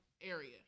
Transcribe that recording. area